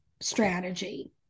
strategy